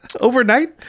Overnight